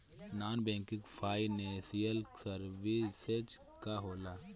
Non banking financial services का होला?